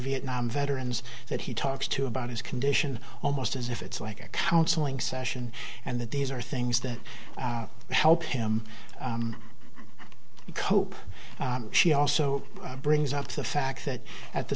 vietnam veterans that he talks to about his condition almost as if it's like a counseling session and that these are things that help him cope she also brings up the fact that at the